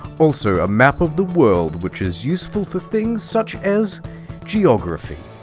also a map of the world which is useful for things such as geography.